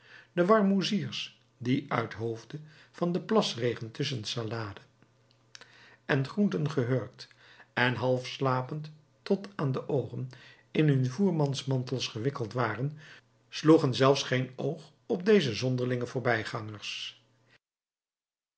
de warmoeziers die uithoofde van den plasregen tusschen salade en groenten gehurkt en half slapend tot aan de oogen in hun voermansmantels gewikkeld waren sloegen zelfs geen oog op deze zonderlinge voorbijgangers